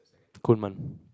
Corman